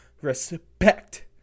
respect